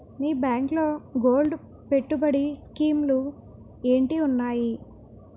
మీ బ్యాంకులో గోల్డ్ పెట్టుబడి స్కీం లు ఏంటి వున్నాయి?